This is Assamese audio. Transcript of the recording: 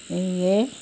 এইয়ে